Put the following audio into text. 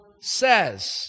says